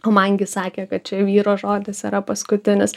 man gi sakė kad čia vyro žodis yra paskutinis